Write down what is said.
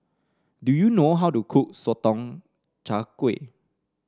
do you know how to cook Sotong Char Kway